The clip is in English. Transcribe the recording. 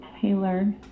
Taylor